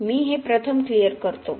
मी हे प्रथम क्लियर करतो